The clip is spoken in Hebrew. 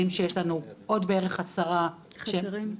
שיש לנו בערך עוד עשרה שהם חסרים.